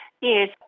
Yes